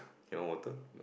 you want water